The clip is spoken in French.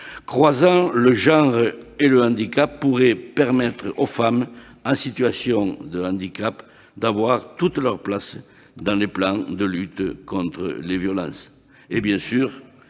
croisant le genre et le handicap, pourrait permettre aux femmes en situation de handicap d'avoir toute leur place dans les plans de lutte contre les violences.